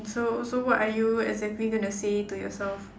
so so what are you exactly gonna say to yourself